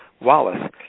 Wallace